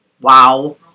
wow